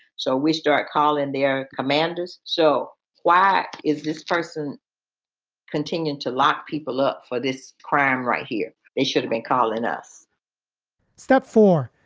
so we start calling their commanders so why is this person continued to lock people up for this crime right here? they shouldn't be calling us step four,